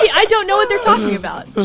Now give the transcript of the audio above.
i don't know what they're talking about.